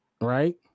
Right